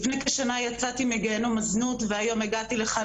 לפני כשנה יצאתי מגיהנום הזנות והיום הגעתי לכאן,